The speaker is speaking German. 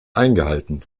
eingehalten